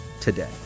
today